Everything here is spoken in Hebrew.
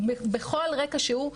בכל רקע שהוא,